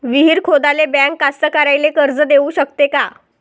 विहीर खोदाले बँक कास्तकाराइले कर्ज देऊ शकते का?